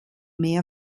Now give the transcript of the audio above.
mehr